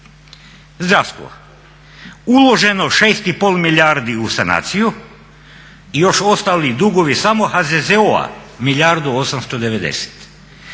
Zdravstvo. Uloženo 6 i pol milijardi u sanaciju i još ostali dugovi samo HZZO-a milijardu 890.